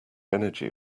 energy